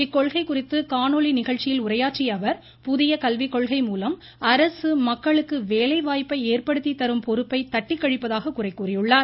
இக்கொள்கை குறித்து காணொலி நிகழ்ச்சியில் உரையாற்றிய அவர் புதிய கல்விக்கொள்கை மூலம் அரசு மக்களுக்கு வேலைவாய்ப்பை ஏற்படுத்தி தரும் பொறுப்பை தட்டிக்கழிப்பதாக குறை கூறியுள்ளார்